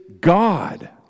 God